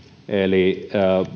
eli